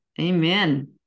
Amen